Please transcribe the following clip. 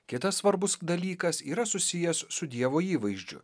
kitas svarbus dalykas yra susijęs su dievo įvaizdžiu